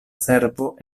servo